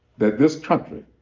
that this country,